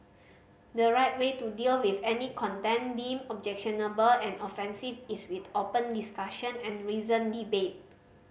the right way to deal with any content deemed objectionable and offensive is with open discussion and reasoned debate